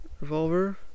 revolver